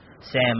Sam